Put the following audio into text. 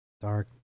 Dark